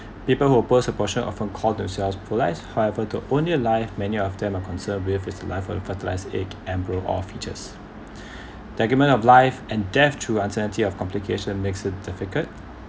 people who oppose abortion often call themselves pro life however to only alive many of them are concerned with fertilize for the fertilized egg and per all features the argument of life and death to uncertainty of complication makes it difficult